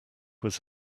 was